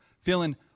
feeling